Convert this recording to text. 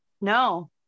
No